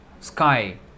sky